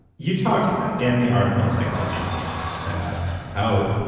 you talked in the article in psychology today about how.